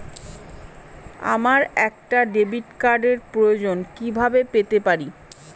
আমার একটা ডেবিট কার্ডের প্রয়োজন কিভাবে পেতে পারি?